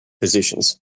positions